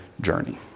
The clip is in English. journey